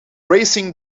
raising